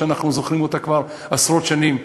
אנחנו זוכרים אותה כבר עשרות שנים,